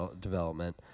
Development